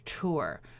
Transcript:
tour